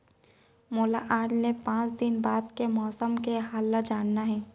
मोला आज ले पाँच दिन बाद के मौसम के हाल ल जानना हे?